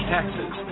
Taxes